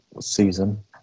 season